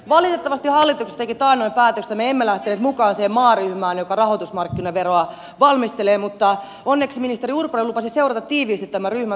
valitettavasti hallitus teki taannoin päätöksen että me emme lähteneet mukaan siihen maaryhmään joka rahoitusmarkkinaveroa valmistelee mutta onneksi ministeri urpilainen lupasi seurata tiiviisti tämän ryhmän toimintaa